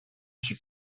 suit